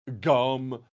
Gum